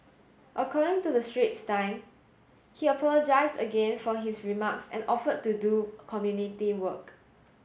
according to the Straits Time he apologised again for his remarks and offered to do community work